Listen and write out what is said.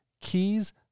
Keys